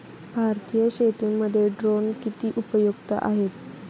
भारतीय शेतीमध्ये ड्रोन किती उपयुक्त आहेत?